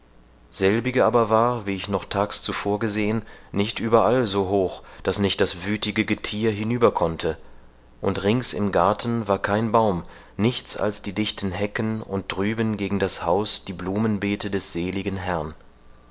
selbige aber war wie ich noch tags zuvor gesehen nicht überall so hoch daß nicht das wüthige gethier hinüber konnte und rings im garten war kein baum nichts als die dichten hecken und drüben gegen das haus die blumenbeete des seligen herrn